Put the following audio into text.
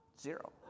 Zero